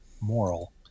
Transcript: moral